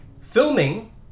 Filming